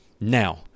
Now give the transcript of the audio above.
now